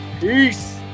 Peace